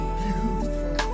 beautiful